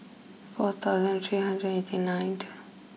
four thousand three hundred and eighty ninth